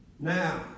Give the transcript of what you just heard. Now